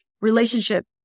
relationship